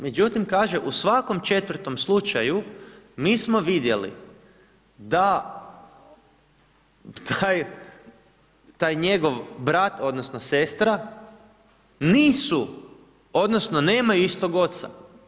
Međutim, kaže, u svakom 4. slučaju, mi smo vidjeli da taj njegov brat odnosno sestra nisu odnosno nemaju istog oca.